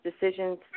decisions